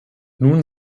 nun